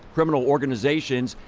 criminal organizations,